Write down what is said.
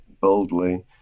boldly